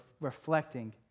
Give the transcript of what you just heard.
reflecting